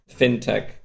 fintech